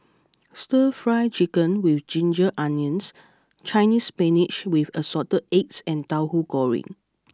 Stir Fry Chicken with Ginger Onions Chinese Spinach with Assorted Eggs and Tauhu Goreng